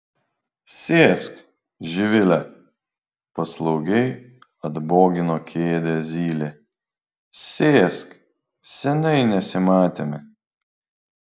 sėsk živile paslaugiai atbogino kėdę zylė sėsk seniai nesimatėme